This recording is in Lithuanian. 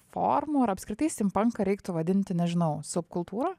formų ar apskritai stimpanką reiktų vadinti nežinau subkultūra